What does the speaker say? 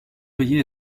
veiller